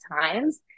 times